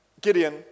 Gideon